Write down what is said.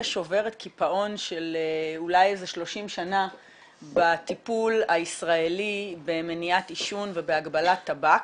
שוברת קיפאון של אולי 30 שנה בטיפול הישראלי במניעת עישון ובהגבלת טבק,